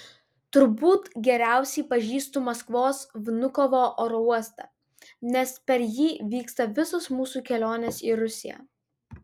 turbūt geriausiai pažįstu maskvos vnukovo oro uostą nes per jį vyksta visos mūsų kelionės į rusiją